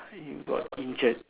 he got injured